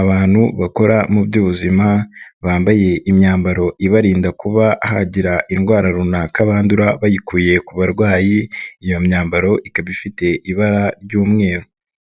Abantu bakora mu by'ubuzima bambaye imyambaro ibarinda kuba hagira indwara runaka bandura bayikuye ku barwayi, iyo myambaro ikaba ifite ibara ry'umweru,